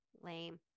Lame